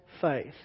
faith